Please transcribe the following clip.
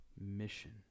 Mission